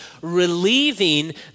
relieving